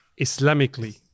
Islamically